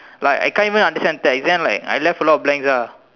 like I can't even understand text then like I left a lot of blanks ah